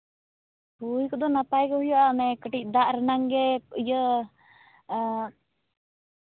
ᱦᱩᱭ ᱠᱚᱫᱚ ᱱᱟᱯᱟᱭ ᱜᱮ ᱦᱩᱭᱩᱜᱼᱟ ᱚᱱᱮ ᱠᱟᱹᱴᱤᱡ ᱫᱟᱜ ᱨᱮᱱᱟᱜ ᱜᱮ ᱤᱭᱟᱹ